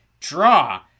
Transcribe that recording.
draw